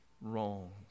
wrong